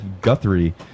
Guthrie